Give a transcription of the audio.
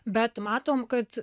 bet matom kad